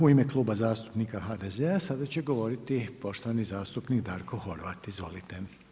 U ime Kluba zastupnika HDZ-a sada će govoriti poštovani zastupnik Darko Horvat, izvolite.